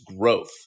growth